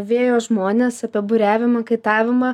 vėjo žmones apie buriavimą kaitavima